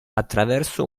attraverso